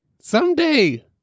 Someday